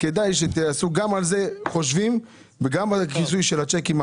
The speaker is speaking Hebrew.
כדאי שתעשו גם על זה חושבים וגם על העמלות לגבי כיסוי של שיקים.